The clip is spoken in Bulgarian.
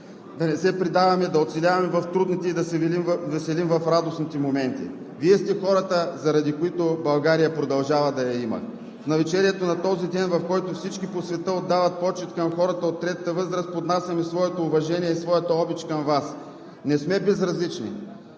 да не се предаваме, да оцеляваме в трудните и да се веселим в радостните моменти, Вие сте хората, заради които България продължава да я има. В навечерието на този ден, в който всички по света отдават почит към хората от третата възраст, поднасяме своето уважение и свята обич към Вас. Не сме безразлични,